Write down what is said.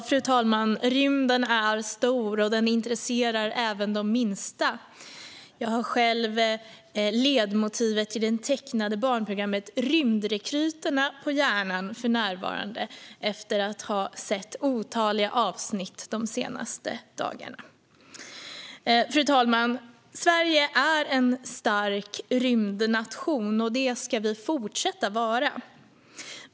Fru talman! Rymden är stor, och den intresserar även de minsta. Jag har för närvarande ledmotivet till det tecknade barnprogrammet Rymdrekryterna på hjärnan efter att ha sett otaliga avsnitt de senaste dagarna. Fru talman! Sverige är en stark rymdnation, och det ska vi fortsätta att vara.